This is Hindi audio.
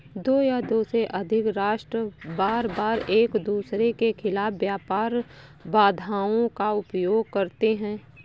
दो या दो से अधिक राष्ट्र बारबार एकदूसरे के खिलाफ व्यापार बाधाओं का उपयोग करते हैं